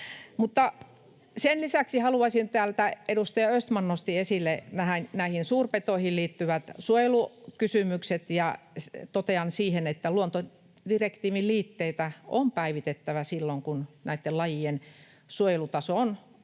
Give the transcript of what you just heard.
sen lisäksi haluaisin todeta, kun edustaja Östman nosti esille näihin suurpetoihin liittyvät suojelukysymykset, että luontodirektiivin liitteitä on päivitettävä silloin, kun näitten lajien suojelutaso on onnistunut,